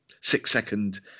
six-second